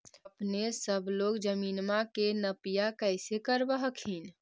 अपने सब लोग जमीनमा के नपीया कैसे करब हखिन?